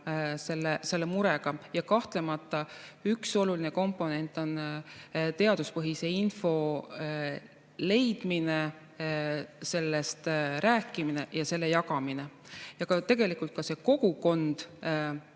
toime tulla. Ja kahtlemata üks oluline komponent on teaduspõhise info leidmine, sellest rääkimine ja selle jagamine. Ja [tähtis] on see kogukond,